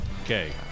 Okay